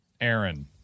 Aaron